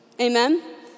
Amen